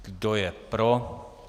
Kdo je pro?